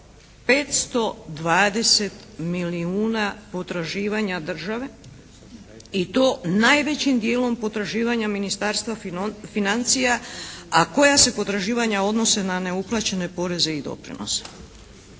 520 milijuna potraživanja države i to najvećim dijelom potraživanja Ministarstva financija, a koja se potraživanja odnose na neuplaćene poreze i doprinose.